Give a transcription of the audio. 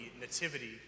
Nativity